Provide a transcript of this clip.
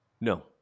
No